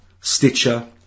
Stitcher